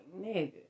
nigga